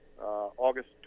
August